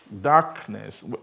darkness